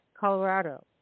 Colorado